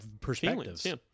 perspectives